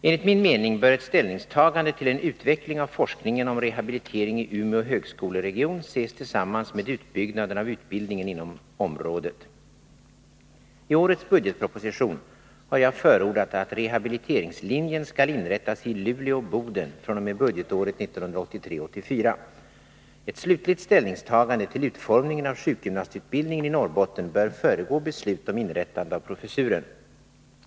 Enligt min mening bör ett ställningstagande till en utveckling av forskningen om rehabilitering i Umeå högskoleregion göras med hänsyn tagen till utbyggnaden av utbildningen inom området. I årets budgetproposition har jag förordat att rehabiliteringslinjen skall inrättas i Luleå-Boden fr.o.m. budgetåret 1983/84. Ett slutligt ställningstagande till utformningen av sjukgymnastutbildningen i Norrbotten bör föregå beslut om inrättande av professuren.